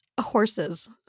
horses